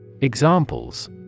Examples